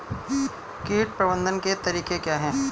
कीट प्रबंधन के तरीके क्या हैं?